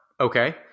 okay